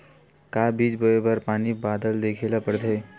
का बीज बोय बर पानी बादल देखेला पड़थे?